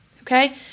okay